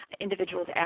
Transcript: individual's